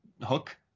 hook